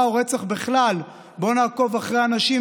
או רצח בכלל: בואו נעקוב אחרי אנשים,